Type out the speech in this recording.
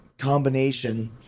combination